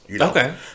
Okay